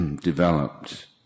developed